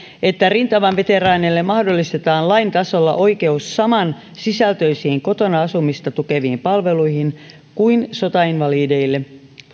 että rintamaveteraaneille mahdollistetaan lain tasolla oikeus samansisältöisiin kotona asumista tukeviin palveluihin kuin sotainvalideille